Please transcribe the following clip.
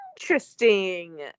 Interesting